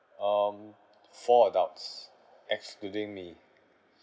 um four adults excluding me